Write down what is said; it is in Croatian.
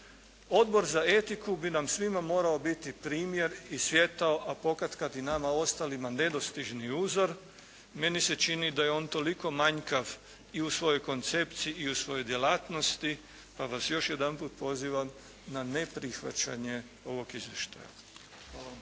Odbor za etiku bi nam svima mora biti primjer i svijetao, a pokadkad i nama ostalima nedostižni uzor. Meni se čini da je on toliko manjkav i u svojoj koncepciji i u svojoj djelatnosti, pa vas još jedanput pozivam na neprihvaćanje ovog izvještaja.